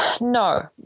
No